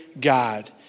God